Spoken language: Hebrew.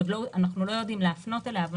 אנחנו לא יודעים להפנות אליה.